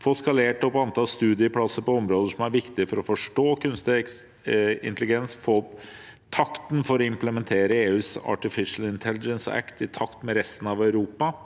få skalert opp antall studieplasser på områder som er viktig for å forstå kunstig intelligens, å få opp takten for å implementere EUs Artificial Intelligence Act i takt med resten av Europa,